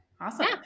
Awesome